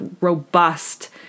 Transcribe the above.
robust